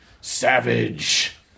Savage